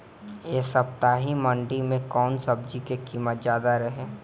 एह सप्ताह मंडी में कउन सब्जी के कीमत ज्यादा रहे?